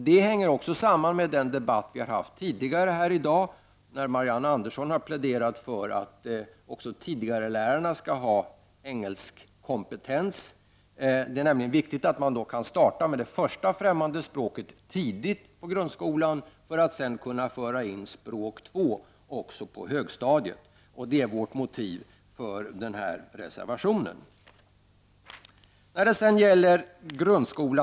Det hänger också samman med de frågor som berördes i debatten tidigare här i dag där Marianne Andersson i Vårgårda pläderade för att också tidigarelärarna skall ha kompetens att undervisa i engelska. Det är nämligen viktigt att man kan starta med det första främmande språket tidigt i grundskolan för att sedan också kunna föra in ett andra språk på högstadiet. Det är vårt motiv för denna reservation.